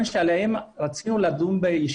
להרכב ועדות ההיתרים שהרכבם נקבע על פי חוק.